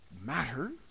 matters